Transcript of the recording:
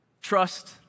trust